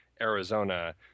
Arizona